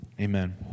Amen